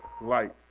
light